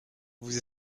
vous